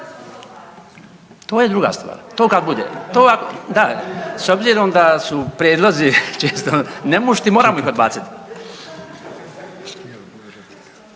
To je druga stvar, to kad bude, to da. S obzirom da su prijedlozi često nemušti moramo ih odbacit.